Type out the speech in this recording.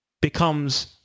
becomes